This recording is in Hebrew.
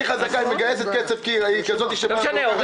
היא חזקה ומגייסת כסף אז הם מרשים